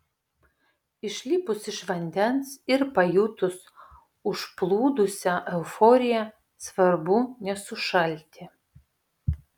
išlipus iš vandens ir pajutus užplūdusią euforiją svarbu nesušalti